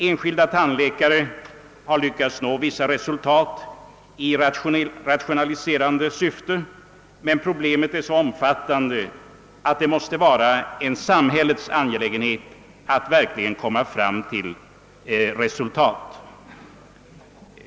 Enskilda tandläkare har lyckats nå vissa resultat i rationaliserande syfte, men problemet är så omfattande att det måste vara en samhällets angelägenhet att verkligen komma fram till resultat.